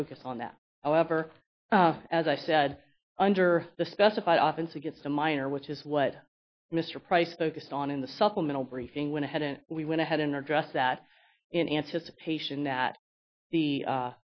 focus on that however as i said under the specified office to get some minor which is what mr price focused on in the supplemental briefing went ahead and we went ahead and addressed that in anticipation that the